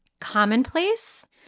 commonplace